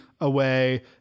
away